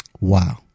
Wow